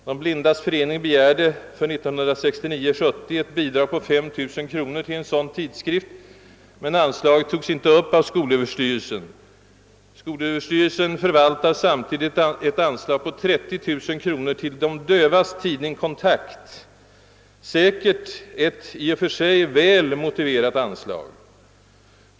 De blindas förening begärde för 1969/70 ett bidrag på 5 000 kronor till en sådan tidskrift, men anslaget togs inte upp av skolöverstyrel sen. Skolöverstyrelsen förvaltar dock ett anslag på 30 000 kronor till de dövas tidning »Kontakt», vilket säkert är ett i och för sig väl motiverat anslag.